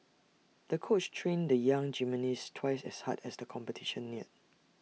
the coach trained the young gymnast twice as hard as the competition neared